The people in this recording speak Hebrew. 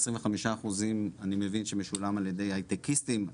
עשרים וחמישה אחוזים אני מבין שמשולם על ידי היי-טקיסטים.